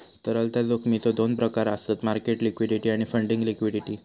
तरलता जोखमीचो दोन प्रकार आसत मार्केट लिक्विडिटी आणि फंडिंग लिक्विडिटी